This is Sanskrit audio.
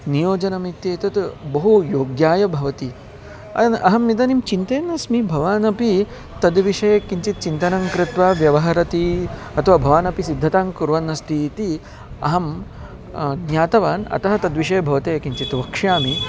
नियोजनम् इत्येतत् बहु योग्याय भवति अहम् इदानीं चिन्तयन्नस्मि भवानपि तद्विषये किञ्चित् चिन्तनं कृत्वा व्यवहरति अथवा भवानपि सिद्धतां कुर्वन्नस्ति इति अहं ज्ञातवान् अतः तद्विषये भवते किञ्चित् वक्ष्यामि